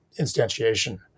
instantiation